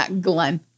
Glenn